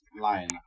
line